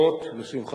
החינוך